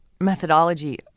methodology